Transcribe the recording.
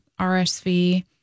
RSV